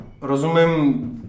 Rozumím